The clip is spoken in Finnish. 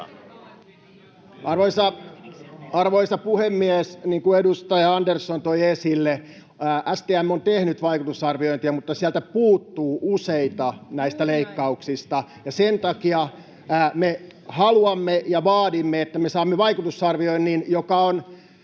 Arvoisa puhemies! Niin kuin edustaja Andersson toi esille, STM on tehnyt vaikutusarviointeja, mutta sieltä puuttuu useita näistä leikkauksista, ja sen takia me haluamme ja vaadimme, että me saamme vaikutusarvioinnin, joka on